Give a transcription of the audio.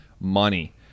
money